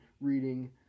reading